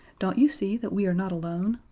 don't you see that we are not alone?